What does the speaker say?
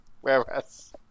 whereas